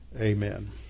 Amen